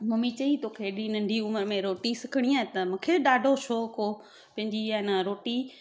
mummy चईं तोखे एॾी नंढी उमिरि में रोटी सिखणी आहे त मूंखे ॾाढो शौक़ु हुओ पंहिंजी आहे न रोटी